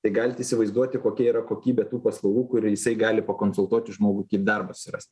tai galit įsivaizduoti kokia yra kokybė tų paslaugų kur jisai gali pakonsultuoti žmogų kaip darbą surast